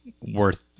worth